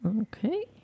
Okay